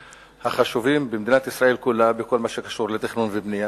החשובים במדינת ישראל כולה בכל מה שקשור לתכנון ובנייה,